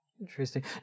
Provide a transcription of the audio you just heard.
Interesting